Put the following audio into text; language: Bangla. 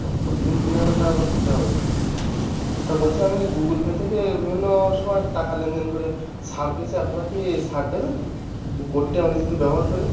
ও প্রতিদিন তিন হাজার টাকা করে দিতে হবে তা বলছি আমি গুগুলপে থেকে বিভিন্ন সময় টাকা লেনদেন করে ছাড় পেয়েছি আপনারা কি ছাড় দেবেন এই কোডটি আমরা যদি ব্যবহার করি